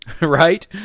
right